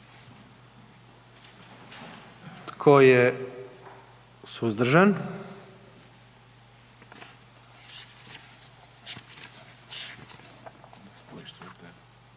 Tko je suzdržan?